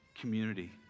Community